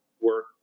work